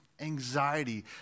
anxiety